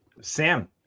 Sam